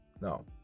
no